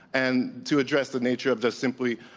and to address the nature of the simply